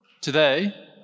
Today